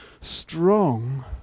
strong